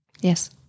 Yes